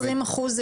כל הנושא של